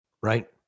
right